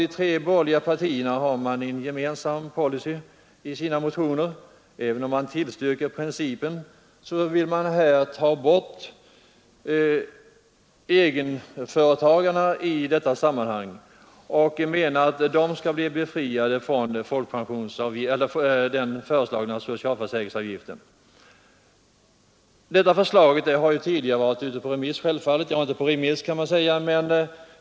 De tre borgerliga partierna har en gemensam policy i sina motioner, även om man tillstyrker principen; man vill ha bort egenföretagarna i sammanhanget och önskar få dem befriade från den föreslagna socialförsäkringsavgiften. Självfallet har regeringens förslag tidigare varit föremål för undersök ning.